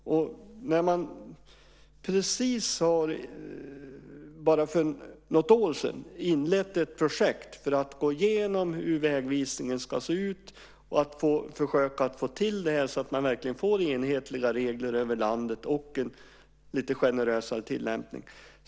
För bara något år sedan inledde man ett projekt för att gå igenom hur vägvisningen ska se ut och försöka få till enhetliga regler över landet och en lite generösare tillämpning.